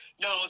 no